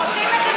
עושים את זה,